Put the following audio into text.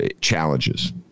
challenges